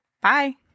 Bye